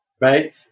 right